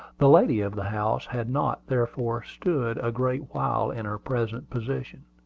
the lady of the house had not, therefore, stood a great while in her present position.